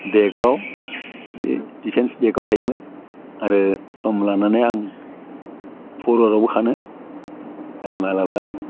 बेकाव बे डिफेन्स बेकाव थायोमोन आरो सम लानानै आं फरवार्डावबो खारो आरो माब्लाबा